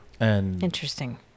Interesting